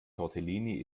tortellini